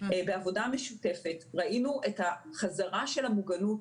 בעבודה משותפת ראינו את החזרה של המוגנות